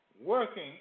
working